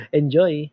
enjoy